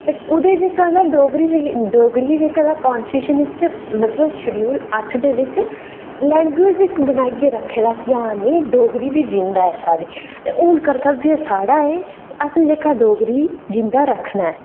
कुदै जेह्का तां डोगरी बी डोगरी जेह्का तां काॅन्सटीट्यूशन शेडयूल अटठ दे बिच आइयै रक्खे दा डोगरी बी जिंदा ऐ साढ़ी हून कर्तव्य साढ़े एह् अस जेहका डोगरी जिंदा रक्खना ऐ